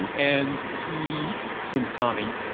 and he his name is tommy,